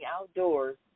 outdoors